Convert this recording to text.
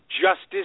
Justice